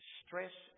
stress